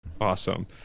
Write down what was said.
Awesome